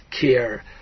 care